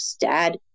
dad